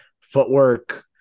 footwork